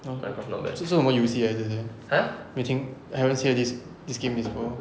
oh 这是什么游戏来的这些没听 haven't hear these these game before